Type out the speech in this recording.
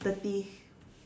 thirty